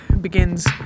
begins